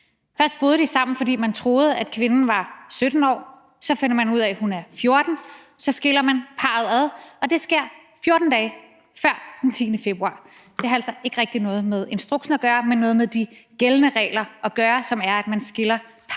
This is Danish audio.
Først bor de sammen, fordi man tror, at kvinden er 17 år, men så finder man ud af, at hun er 14 år, og så skiller man parret ad. Og det sker 14 dage før den 10. februar; det har altså ikke rigtig noget med instruksen at gøre, men noget med de gældende regler at gøre, altså at man skiller parret ad,